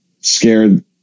scared